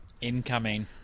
Incoming